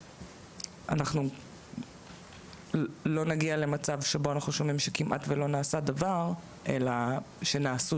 אנחנו לא נגיע למצב שבו אנחנו שומעים שכמעט לא נעשה דבר אלא שנעשו